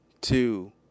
two